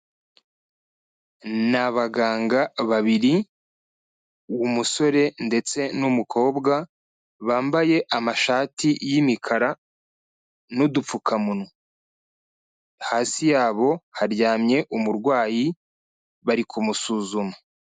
Ni abaganga babiri umusore ndetse n'umukobwa, bambaye amashati y'imikara n'udupfukamunwa, hasi yabo haryamye umurwayi bari kumusuzuma.